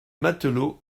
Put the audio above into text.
matelots